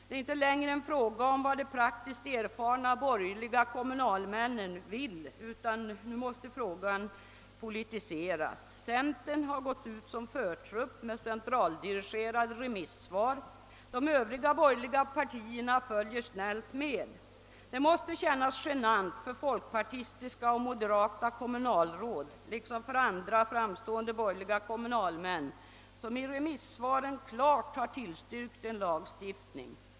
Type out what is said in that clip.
Det är inte längre en fråga om vad de praktiskt erfarna borgerliga kommunalmännen vill, utan nu måste frågan politiseras. Centern har gått ut som förtrupp med centraldirigerade remissvar. De övriga borgerliga partierna följer snällt med. Det måste kännas genant för folkpartistiska och moderata kommunalråd liksom för andra framstående borgerliga kommunalmän, som i remissvaren klart tillstyrkt lagstiftningen.